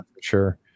sure